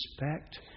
respect